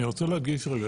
אני רוצה להגיד רגע,